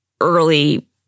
early